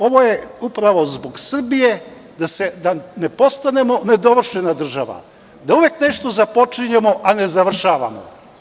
Ovo je upravo zbog Srbije, da ne postanemo nedovršena država, da uvek nešto započinjemo, a ne završavamo.